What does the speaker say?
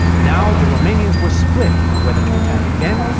now the romanians were split on whether to attack again,